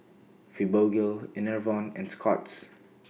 Fibogel Enervon and Scott's